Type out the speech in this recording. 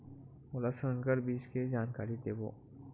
मोला संकर बीज के जानकारी देवो?